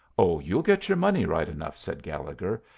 oh, you'll get your money right enough, said gallegher.